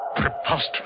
Preposterous